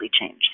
change